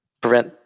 prevent